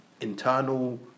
internal